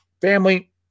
family